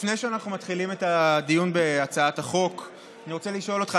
לפני שאנחנו מתחילים את הדיון בהצעת החוק אני רוצה לשאול אותך,